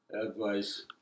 advice